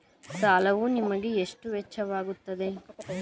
ಸಾಲವು ನಿಮಗೆ ಎಷ್ಟು ವೆಚ್ಚವಾಗುತ್ತದೆ?